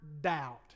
doubt